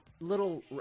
little